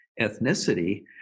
ethnicity